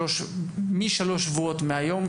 משלושה שבועות מהיום,